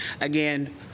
Again